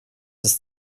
ist